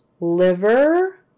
liver